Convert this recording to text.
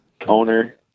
owner